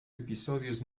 episodios